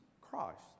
Christ